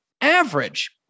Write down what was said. Average